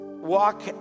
walk